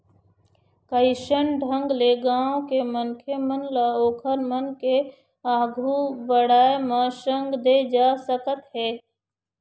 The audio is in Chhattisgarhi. कइसन ढंग ले गाँव के मनखे मन ल ओखर मन के आघु बड़ाय म संग दे जा सकत हे